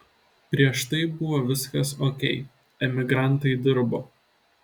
prieš tai buvo viskas okei emigrantai dirbo